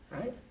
Right